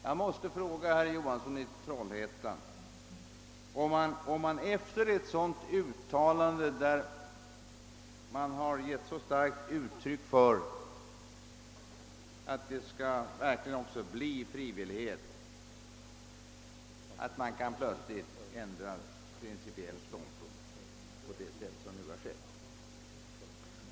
Jag måste fråga herr Johansson i Trollhättan, hur man plötsligt kan ändra principiell ståndpunkt på det sätt som nu har skett efter ett sådant uttalande.